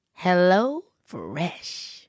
HelloFresh